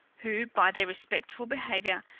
who, by their respectful behaviour,